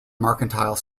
mercantile